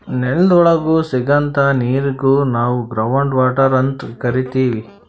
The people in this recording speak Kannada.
ನೆಲದ್ ಒಳಗ್ ಸಿಗಂಥಾ ನೀರಿಗ್ ನಾವ್ ಗ್ರೌಂಡ್ ವಾಟರ್ ಅಂತ್ ಕರಿತೀವ್